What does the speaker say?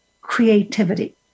creativity